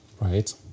Right